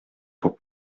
pour